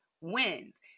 wins